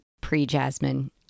pre-Jasmine